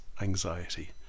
anxiety